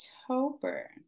October